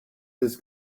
this